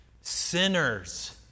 sinners